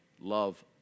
love